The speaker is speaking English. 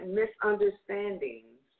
misunderstandings